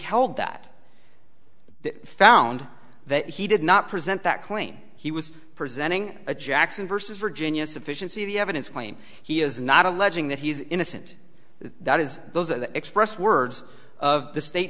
held that found that he did not present that claim he was presenting a jackson versus virginia sufficiency the evidence claim he is not alleging that he is innocent that is those that express words of the state